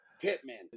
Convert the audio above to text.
Pittman